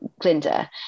Glinda